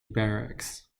barracks